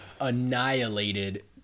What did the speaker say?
annihilated